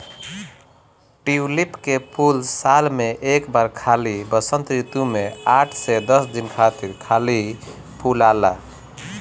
tulip के फूल साल में एक बार खाली वसंत ऋतू में आठ से दस दिन खातिर खाली फुलाला